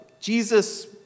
Jesus